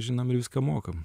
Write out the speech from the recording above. žinom ir viską mokam